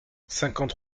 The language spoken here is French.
cinquante